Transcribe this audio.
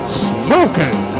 smoking